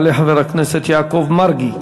יעלה חבר הכנסת יעקב מרגי,